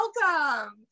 welcome